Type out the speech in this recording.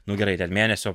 nu gerai ten mėnesio